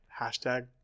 hashtag